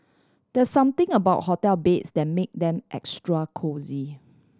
there something about hotel beds that make them extra cosy